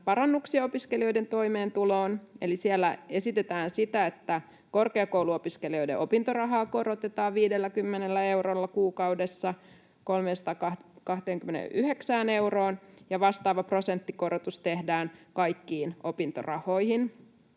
parannuksia opiskelijoiden toimeentuloon. Siellä esitetään sitä, että korkeakouluopiskelijoiden opintorahaa korotetaan 50 eurolla kuukaudessa 329 euroon ja vastaava prosenttikorotus tehdään kaikkiin opintorahoihin.